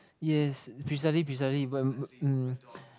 yes precisely precisely but b~ mm